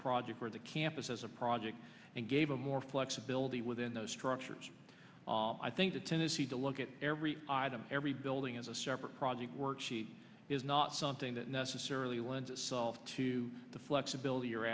project for the campus as a project and gave them more flexibility within those structures i think the tendency to look at every item every building as a separate project worksheet is not something that necessarily lends itself to the flexibility you're